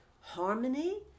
harmony